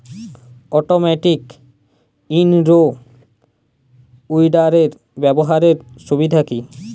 Automatic in row উইডারের ব্যবহারের সুবিধা কি?